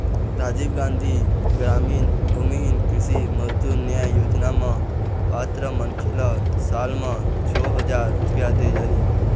राजीव गांधी गरामीन भूमिहीन कृषि मजदूर न्याय योजना म पात्र मनखे ल साल म छै हजार रूपिया देय जाही